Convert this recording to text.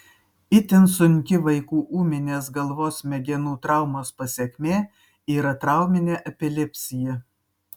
itin sunki vaikų ūminės galvos smegenų traumos pasekmė yra trauminė epilepsija